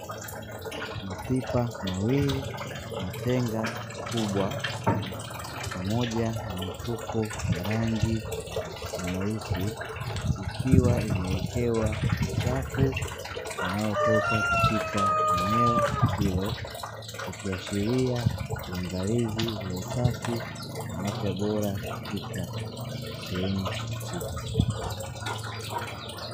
Mapipa mawili na tenga kubwa, pamoja na mfuko wa rangi nyeusi ikiwa imeekewa uchafu inayotoka katika eneo hilo, ikiashiria uangalizi wa usafi na afya bora katika sehemu husika.